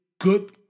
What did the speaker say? good